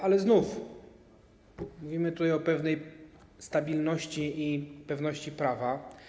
Ale znów: mówimy tutaj o pewnej stabilności i pewności prawa.